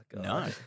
No